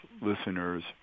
listeners